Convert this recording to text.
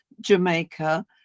Jamaica